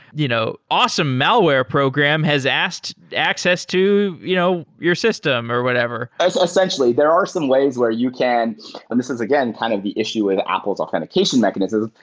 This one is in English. you know awesome! malware program has asked access to you know your system, or whatever. ah so essentially. there are some ways where you can and this is again kind of the issue with apple's authentication mechanism.